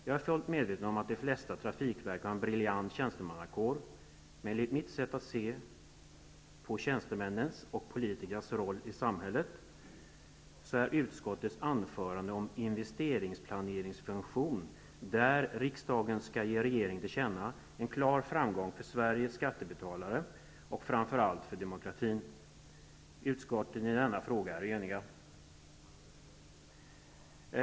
Jag är fullt medveten om att de flesta trafikverk har en briljant tjänstemannakår, men enligt mitt sätt att se på tjänstemännens och politikernas roll i samhället, är det som utskottet anför om investeringsplaneringsfunktion -- vilket riksdagen skall ge regeringen till känna -- en klar framgång för Sveriges skattebetalare, men framför allt för demokratin. Utskottet är i denna fråga enhälligt.